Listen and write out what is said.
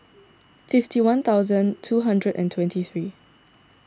fifty one thousand two hundred and twenty three